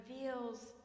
reveals